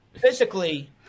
physically